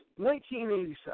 1987